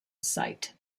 site